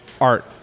Art